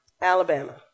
Alabama